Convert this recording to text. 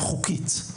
חוקית,